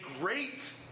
great